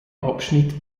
abschnitt